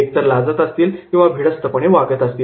ते एकतर लाजत आहेत किंवा भिडस्तपणे वागत आहेत